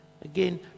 Again